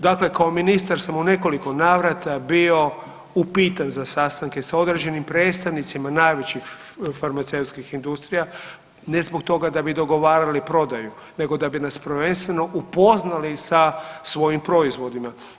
Dakle, kao ministar sam u nekoliko navrata bio upitan za sastanke sa određenim predstavnicima najvećih farmaceutskih industrija ne zbog toga da bi dogovarali prodaju, nego da bi nas prvenstveno upoznali sa svojim proizvodima.